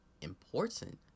important